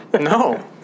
No